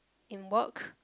in work